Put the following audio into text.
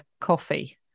coffee